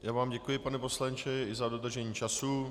Já vám děkuji, pane poslanče, i za dodržení času.